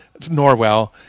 Norwell